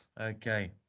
Okay